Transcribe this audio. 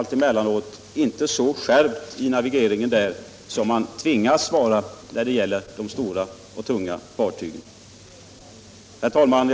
inte heller alltid så skärpt som man tvingas vara vid navigering av de stora och tunga fartygen. Herr talman!